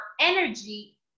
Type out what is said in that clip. energy